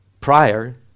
prior